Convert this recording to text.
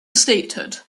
statehood